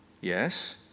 Yes